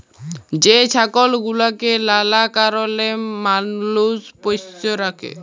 যে ছাগল গুলাকে লালা কারলে মালুষ পষ্য রাখে